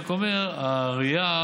אני רק אומר, הראייה